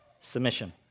submission